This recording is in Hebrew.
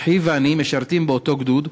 אחי ואני משרתים באותו הגדוד,